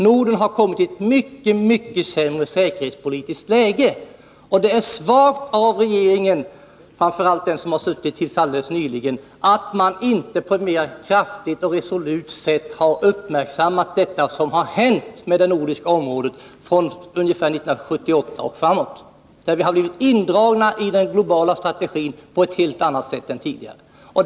Norden har kommit i ett mycket sämre säkerhetspolitiskt läge, och det är svagt av regeringen — framför allt av den som har suttit till helt nyligen — att den inte mera resolut har uppmärksammat vad som hänt med det nordiska området från ungefär 1978 och framåt. Vi har blivit indragna i den globala strategin på ett helt annat sätt än tidigare.